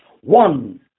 One